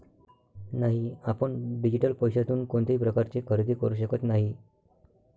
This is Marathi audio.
नाही, आपण डिजिटल पैशातून कोणत्याही प्रकारचे खरेदी करू शकत नाही